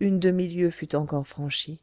une demi-lieue fut encore franchie